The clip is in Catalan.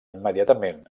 immediatament